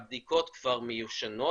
הבדיקות כבר מיושנות,